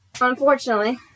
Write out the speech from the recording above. Unfortunately